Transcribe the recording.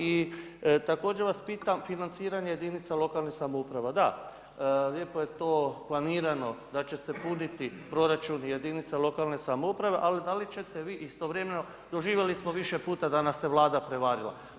I također vas pitam financiranje jedinica lokalnih samouprava, daj, lijepo je to planirano, da će se punit proračuni jedinica lokalne samouprave ali da li ćete vi istovremeno, doživjeli smo više puta da nas je Vlada prevarila.